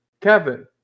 Kevin